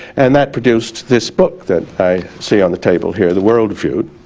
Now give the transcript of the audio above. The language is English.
and that produced this book that i see on the table here, the world viewed,